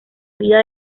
vida